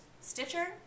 Stitcher